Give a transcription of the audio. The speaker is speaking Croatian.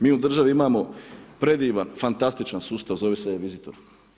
Mi u državi imamo predivan, fantastičan sustav, zove se e-visitor.